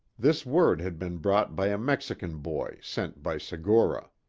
this word had been brought by a mexican boy, sent by segura.